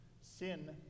Sin